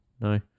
no